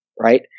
right